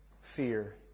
fear